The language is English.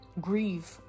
grieve